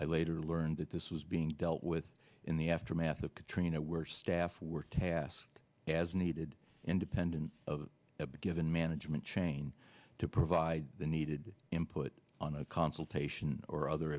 i later learned that this was being dealt with in the aftermath of katrina where staff were tasked as needed independent of a given management chain to provide the needed input on a consultation or other